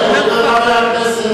הוא אומר דברים שהם לא נכונים.